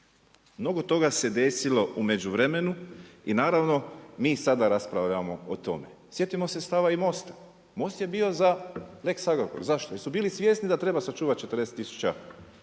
Mnogo toga se desilo u međuvremenu i naravno mi sada raspravljamo o tome. Sjetimo se stava i MOST-a, MOST je bio za lex Agrokor. Zašto? Jer su bili svjesni da treba sačuvati 40